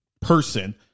person